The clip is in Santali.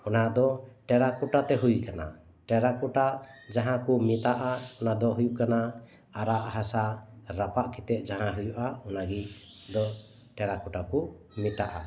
ᱚᱱᱟ ᱫᱚ ᱴᱮᱨᱟ ᱠᱳᱴᱟ ᱛᱮ ᱦᱳᱭ ᱟᱠᱟᱱᱟ ᱴᱮᱨᱟ ᱠᱳᱴᱟ ᱡᱟᱦᱟᱸ ᱠᱚ ᱢᱮᱛᱟᱜᱼᱟ ᱚᱱᱟ ᱫᱚ ᱦᱳᱭᱳᱜ ᱠᱟᱱᱟ ᱟᱨᱟᱜ ᱦᱟᱥᱟ ᱨᱟᱯᱟᱜ ᱠᱟᱛᱮ ᱡᱟᱦᱟᱸ ᱦᱳᱭᱳᱜᱼᱟ ᱚᱱᱟᱜᱮ ᱫᱚ ᱴᱮᱨᱟ ᱠᱳᱴᱟ ᱠᱚ ᱢᱮᱛᱟᱜᱼᱟ